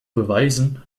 beweisen